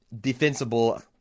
defensible